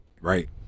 Right